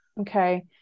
okay